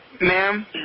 Ma'am